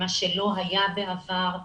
מה שלא היה בעבר,